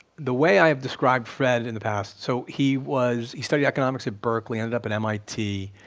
the way i have described fred in the past, so he was, he studied economics at berkeley, ended up at mit,